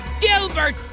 Gilbert